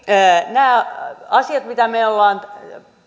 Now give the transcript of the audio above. nämä asiat mitä me olemme